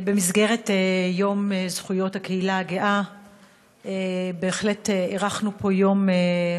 במסגרת יום זכויות הקהילה הגאה בהחלט אירחנו פה יום